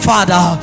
Father